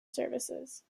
services